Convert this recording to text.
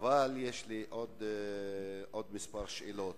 אבל יש לי כמה שאלות נוספות.